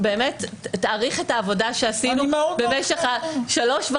תעריך את העבודה שעשינו במשך שלוש השנים